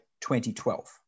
2012